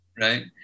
right